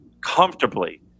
comfortably